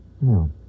No